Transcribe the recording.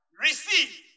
receive